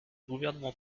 gouvernement